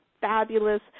fabulous